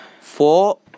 Four